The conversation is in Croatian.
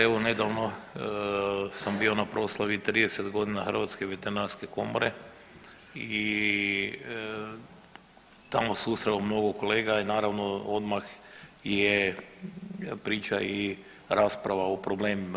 Evo nedavno sam bio na proslavi 30 godina Hrvatske veterinarske komore i tamo susreo mnogo kolega i naravno odmah je priča i rasprava o problemima.